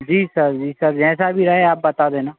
जी sir जी sir जैसा भी रहे आप बता देना